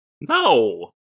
no